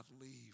leave